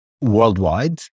worldwide